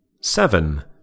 Seven